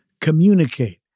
Communicate